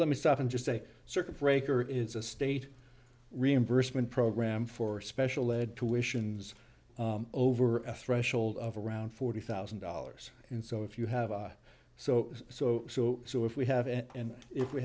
let me stop and just say circuit breaker is a state reimbursement program for special ed to wish and over a threshold of around forty thousand dollars and so if you have so so so so if we have and if we